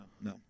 no